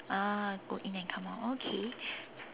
ah go in and come out okay